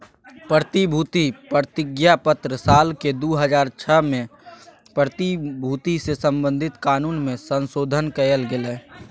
प्रतिभूति प्रतिज्ञापत्र साल के दू हज़ार छह में प्रतिभूति से संबधित कानून मे संशोधन कयल गेलय